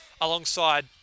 alongside